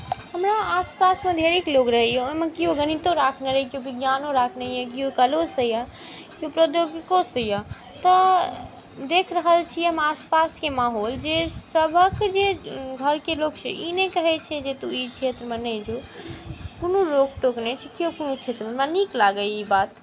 हमरा आसपासमे ढ़ेरिक लोक रहैया ओहिमे केओ गणितो राखने यऽ केओ विज्ञानो राखने यऽ केओ कलो से यऽ केओ प्रौद्योगिको से यऽ तऽ देख रहल छी हम आसपासके माहौल जे सभक जे घरकेँ लोक छै ई नहि कहै छै जे तु ई क्षेत्रमे नहि जो कोनो रोक टोक नहि छै केओ कोनो क्षेत्रमे हमरा नीक लागलै ई बात